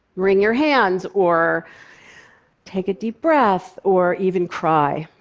wring your hands or take a deep breath or even cry.